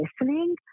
listening